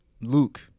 Luke